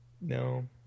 no